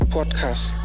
Podcast